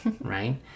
Right